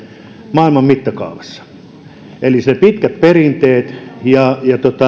maailman mittakaavassa sen pitkät perinteet ja